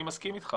אני מסכים אתך